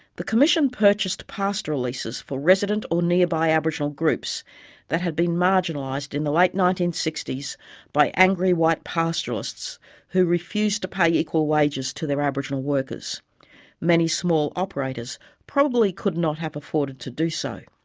the commission purchased pastoral leases for resident or nearby aboriginal groups that had been marginalised in the late nineteen sixty s by angry white pastoralists who refused to pay equal wages to their aboriginal workers many small operators probably could not have afforded to do so.